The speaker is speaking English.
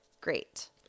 Great